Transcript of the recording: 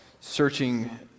Searching